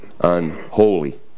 unholy